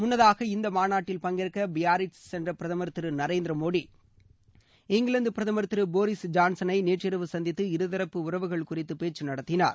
முன்னதாக இந்த மாநாட்டில் பங்கேற்க பியாரிட்ஸ் சென்ற பிரதமர் திரு நரேந்திர மோடி இங்கிலாந்து பிரதமர் திரு போரிஸ் ஜான்சனை நேற்றிரவு சந்திதது இருதரப்பு உறவுகள் குறித்து பேச்சு நடத்தினார்